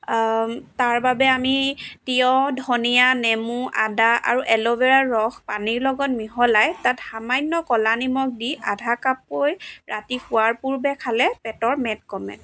তাৰ বাবে আমি তিঁয়হ ধনিয়া নেমু আদা আৰু এল'ভেৰাৰ ৰস পানীৰ লগত মিহলাই তাত সামান্য ক'লা নিমখ দি আধা কাপকৈ ৰাতি শোৱাৰ পূৰ্বে খালে পেটৰ মেদ কমে